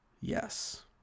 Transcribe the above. Yes